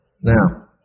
now